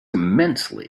immensely